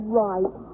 right